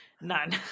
None